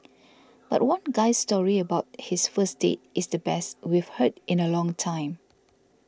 but one guy's story about his first date is the best we've heard in a long time